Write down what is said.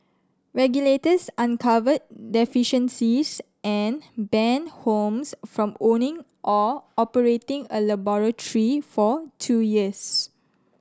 regulators uncovered deficiencies and banned Holmes from owning or operating a laboratory for two years